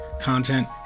content